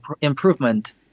improvement